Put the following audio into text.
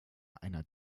einer